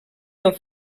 del